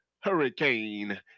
Hurricane